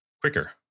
quicker